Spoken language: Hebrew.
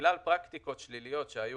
בגלל פרקטיקות שליליות שהיו